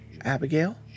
Abigail